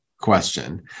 question